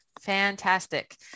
Fantastic